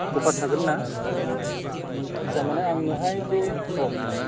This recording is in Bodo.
अफार थागोन ना आच्चा माने आंनोहाय बे औ